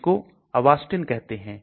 इसको Avastin कहते हैं